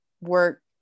work